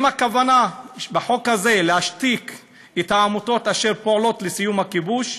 אם הכוונה בחוק הזה היא להשתיק את העמותות אשר פועלות לסיום הכיבוש,